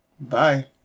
Bye